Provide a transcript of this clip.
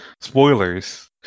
spoilers